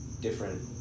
different